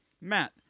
Matt